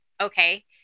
okay